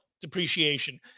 depreciation